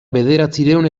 bederatziehun